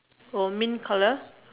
oh mint colour